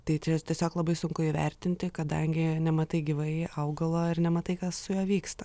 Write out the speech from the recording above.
tai tiesiog labai sunku įvertinti kadangi nematai gyvai augalo ir nematai kas su juo vyksta